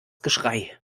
geschrei